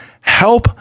help